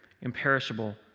imperishable